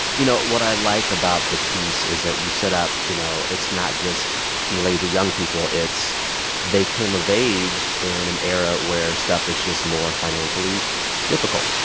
you know, what i like about the piece is that you set up, you know, it's not just lazy young people. it's they came of age in an era where stuff is just more financially difficult.